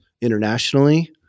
internationally